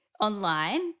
online